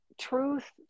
truth